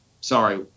sorry